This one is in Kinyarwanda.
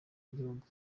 by’igihugu